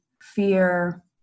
fear